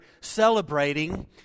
celebrating